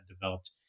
developed